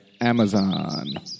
Amazon